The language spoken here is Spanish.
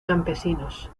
campesinos